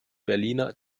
berliner